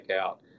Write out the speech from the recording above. out